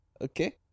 Okay